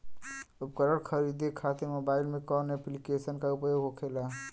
उपकरण खरीदे खाते मोबाइल में कौन ऐप्लिकेशन का उपयोग होखेला?